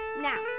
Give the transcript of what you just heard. now